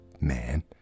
man